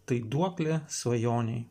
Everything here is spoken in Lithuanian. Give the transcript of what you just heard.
tai duoklė svajonei